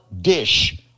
dish